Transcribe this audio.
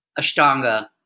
Ashtanga